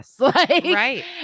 Right